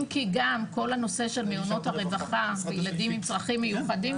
אם כי גם כל הנושא של מעונות הרווחה לילדים עם צרכים מיוחדים,